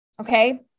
okay